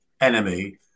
Enemy